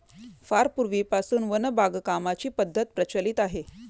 फार पूर्वीपासून वन बागकामाची पद्धत प्रचलित आहे